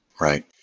Right